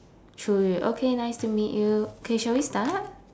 chu yu okay nice to meet you okay shall we start